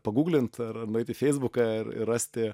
paguglint ar ar nueit į feisbuką ir ir rasti